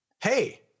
hey